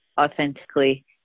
authentically